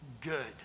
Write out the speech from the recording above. good